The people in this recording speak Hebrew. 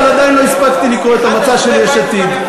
אבל עדיין לא הספקתי לקרוא את המצע של יש עתיד.